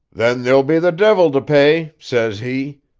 then there'll be the divil to pay says he.